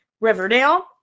Riverdale